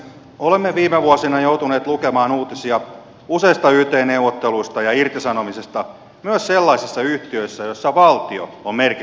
olemme viime vuosina joutuneet lukemaan uutisia useista yt neuvotteluista ja irtisanomisista myös sellaisissa yhtiöissä joissa valtio on merkittävä omistaja